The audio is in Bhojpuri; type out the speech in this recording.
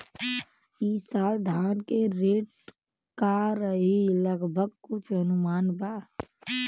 ई साल धान के रेट का रही लगभग कुछ अनुमान बा?